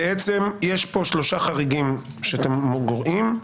בעצם, יש פה שלושה חריגים שאתם גורעים: